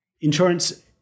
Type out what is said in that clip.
Insurance